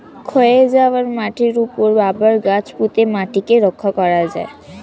ক্ষয়ে যাওয়া মাটির উপরে আবার গাছ পুঁতে মাটিকে রক্ষা করা যায়